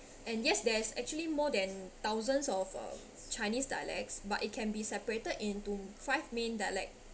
and yes there's actually more than thousands of uh chinese dialects but it can be separated into five main dialect